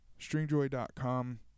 Stringjoy.com